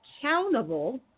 accountable